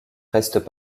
restent